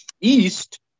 east